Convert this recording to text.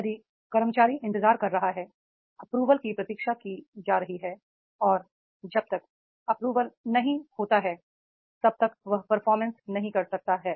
यदि कर्मचारी इंतजार कर रहा हैI अप्रूवल की प्रतीक्षा की जा रही है और जब तक अप्रूवल नहीं होता है तब तक वह परफॉर्मेंस नहीं कर सकता है